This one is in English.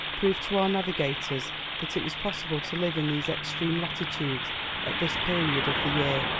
proved to our navigators that it was possible to live in these extreme latitudes at this period of the year.